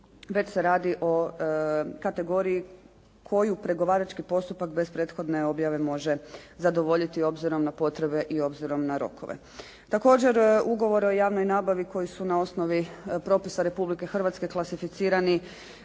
već se radi o kategoriji koju pregovarački postupak bez prethodne objave može zadovoljiti obzirom na potrebe i obzirom na rokove. Također ugovori o javnoj nabavi koji su na osnovi propisa Republike Hrvatske klasificirani